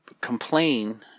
complain